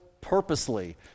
purposely